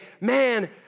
Man